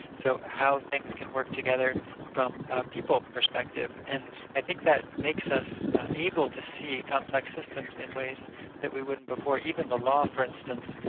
so how things can work together from a people perspective. and i think that makes us able to see complex systems in ways that we wouldn't before. even the law, for instance,